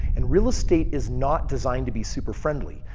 and real estate is not designed to be super friendly.